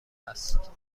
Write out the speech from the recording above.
است